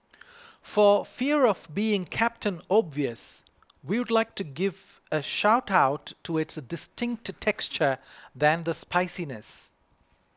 for fear of being Captain Obvious we would like to give a shout out to its distinct texture than the spiciness